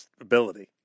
ability